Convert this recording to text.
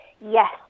Yes